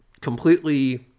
completely